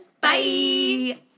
Bye